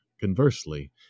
conversely